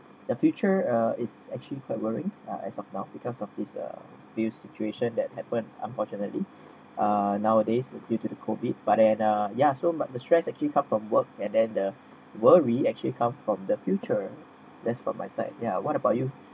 the future uh it's actually quite worrying uh as of now because of uh this situation that happened unfortunately ah nowadays with due to the COVID but then ya yesterday but the stress actually come from work and then the worry actually come from the future that's from my side ya what about you